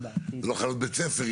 זה לא חייב להיות בית ספר.